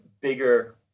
bigger